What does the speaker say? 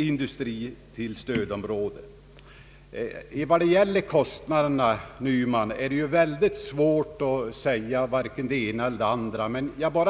industri till stödområdena. Vad gäller kostnaderna, herr Nyman, så är det mycket svårt att säga vare sig det ena eller det andra.